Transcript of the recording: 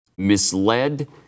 misled